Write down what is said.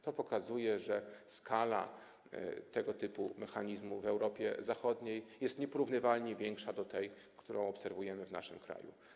To pokazuje, że skala korzystania z tego typu mechanizmu w Europie Zachodniej jest nieporównywalnie większa od tej, którą obserwujemy w naszym kraju.